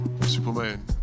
Superman